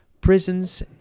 Prisons